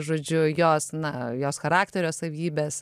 žodžiu jos na jos charakterio savybes